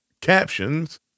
captions